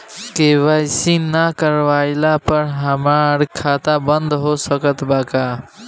KYC ना करवाइला पर हमार खाता बंद हो सकत बा का?